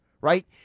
right